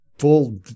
Full